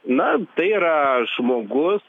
na tai yra žmogus